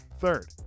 third